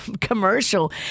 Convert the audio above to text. commercial